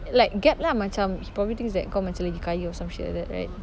like gap lah macam he probably thinks that kau macam lagi kaya or some shit like that right